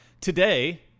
Today